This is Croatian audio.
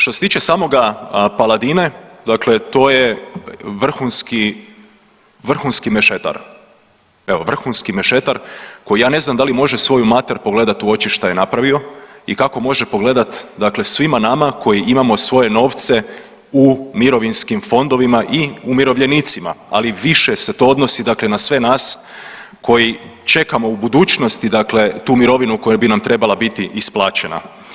Što se tiče samoga Paladine, dakle to je vrhunski mešetar, eto vrhunski mešetar koji ja ne znam da li može svoju mater pogledat u oči šta je napravio i kako može pogledat dakle svima nama koji imamo svoje novce u mirovinskim fondovima i umirovljenicima, ali više se to odnosi, dakle na sve nas koji čekamo u budućnosti, dakle tu mirovinu koja bi nam trebala biti isplaćena.